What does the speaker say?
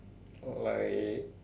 like